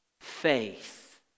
faith